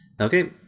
Okay